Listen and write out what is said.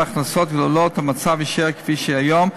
הכנסות גדולות המצב יישאר כפי שהוא היום,